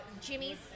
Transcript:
Jimmy's